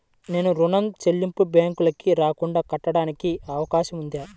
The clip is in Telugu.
నేను ఋణం చెల్లింపులు బ్యాంకుకి రాకుండా కట్టడానికి అవకాశం ఉందా?